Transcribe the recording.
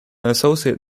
associate